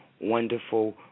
wonderful